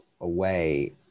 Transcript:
away